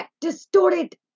distorted